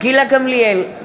גילה גמליאל,